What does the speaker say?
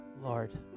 Lord